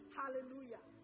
hallelujah